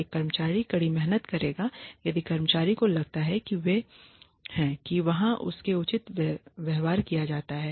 एक कर्मचारी कड़ी मेहनत करेगा यदि कर्मचारी को लगता है कि वे हैं कि वहाँ उसके साथ उचित व्यवहार किया जा रहा है